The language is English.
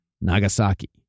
Nagasaki